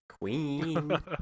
Queen